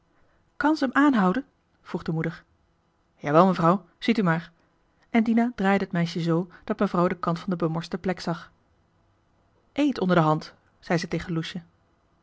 ze hem aanhouden vroeg de moeder jawel mevrouw ziet u maar en dina draaide het meisje zoo dat mevrouw den kant van de bemorste plek zag eet onder de hand zei ze